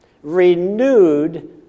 renewed